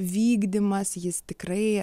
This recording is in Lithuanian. vykdymas jis tikrai